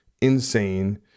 insane